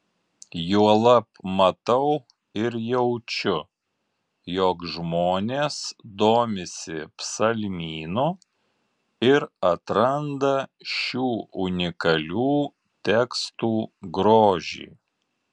juolab matau ir jaučiu jog žmonės domisi psalmynu ir atranda šių unikalių tekstų grožį